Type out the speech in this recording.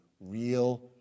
real